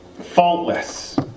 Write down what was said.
faultless